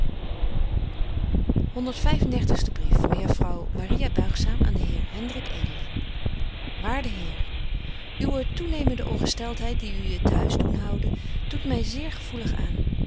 dertigste brief mejuffrouw maria buigzaam aan den heer hendrik edeling waarde heer uwe toenemende ongesteltheid die u het huis doet houden doet my zeer gevoelig aan